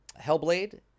Hellblade